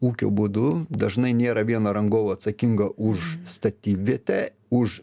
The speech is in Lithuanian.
ūkio būdu dažnai nėra vieno rangovo atsakingo už statybvietę už